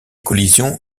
collisions